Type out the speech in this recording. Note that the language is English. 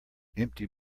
empty